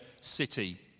city